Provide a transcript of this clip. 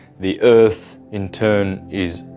the earth in turn is